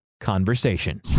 conversation